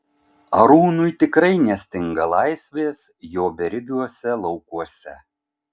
arūnui tikrai nestinga laisvės jo beribiuose laukuose